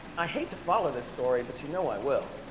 i hate to follow this story but you know i will.